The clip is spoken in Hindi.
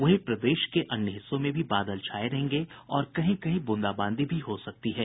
वहीं प्रदेश के अन्य हिस्सों में भी बादल छाये रहेंगे और कहीं कहीं ब्रूंदाबांदी हो सकती है